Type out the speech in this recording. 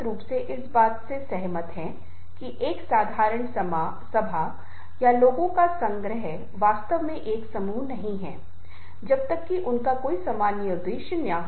ताकि लोग सहज महसूस करें और वे प्रेरित महसूस करें और वे एक समूह में काम करने का अनुभव करें